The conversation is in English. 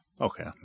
Okay